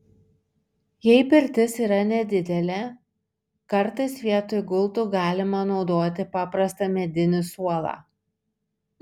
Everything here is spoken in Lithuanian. jei pirtis yra nedidelė kartais vietoj gultų galima naudoti paprastą medinį suolą